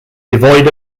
devoid